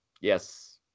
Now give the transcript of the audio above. yes